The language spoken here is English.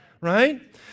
Right